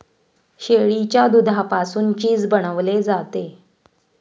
शेळीच्या दुधापासून चीज बनवले जाते